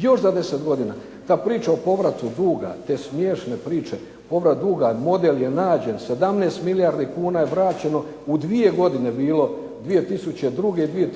još za 10 godina. Ta priča o povratku duga, te smiješne priče. Povrat duga, model je nađen, 17 milijardi kuna je vraćeno u dvije godine bilo 2002. i